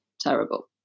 terrible